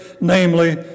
namely